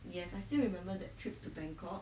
yes I still remember that trip to bangkok